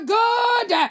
good